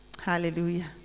Hallelujah